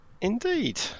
indeed